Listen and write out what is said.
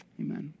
Amen